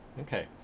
Okay